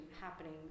happening